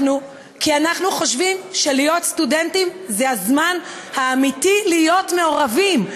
כי אנחנו חושבים שלהיות סטודנטים זה הזמן האמיתי להיות מעורבים,